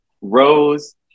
Rose